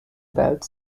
belt